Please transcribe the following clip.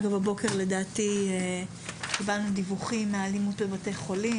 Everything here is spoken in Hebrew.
אגב, הבוקר קיבלנו דיווחים על האלימות בבתי חולים.